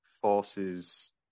forces